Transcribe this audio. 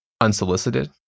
unsolicited